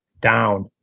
down